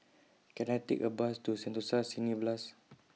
Can I Take A Bus to Sentosa Cineblast